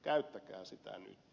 käyttäkää sitä nyt